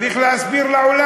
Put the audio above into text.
צריך להסביר לעולם.